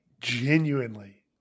genuinely